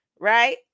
Right